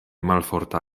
malforta